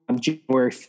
January